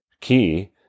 key